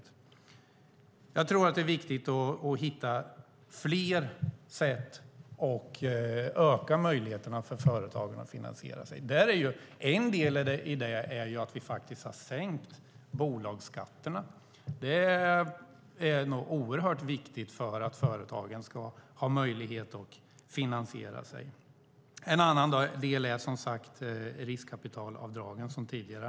Jag tror att det är viktigt att hitta fler sätt att öka möjligheterna för företagen att finansiera sig. En del i det är att vi har sänkt bolagsskatterna. Det är nog oerhört viktigt för att företagen ska ha möjlighet att finansiera sig. En annan del är riskkapitalavdragen, som nämnts tidigare.